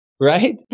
right